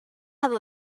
have